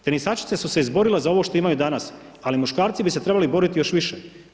Tenisačice su se izborile za ovo što imaju danas, ali muškarci bi se trebali boriti još više.